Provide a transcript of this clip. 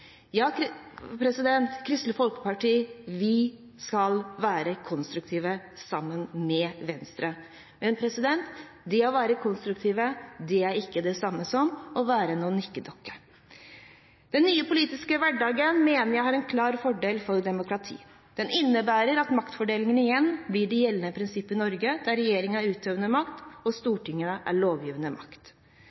Vi i Kristelig Folkeparti skal være konstruktive sammen med Venstre. Men det å være konstruktive er ikke det samme som å være nikkedukker. Jeg mener den nye politiske hverdagen er en klar fordel for demokratiet. Den innebærer at maktfordelingen igjen er etter det gjeldende prinsippet i Norge, der regjeringen er utøvende makt, og Stortinget er lovgivende makt.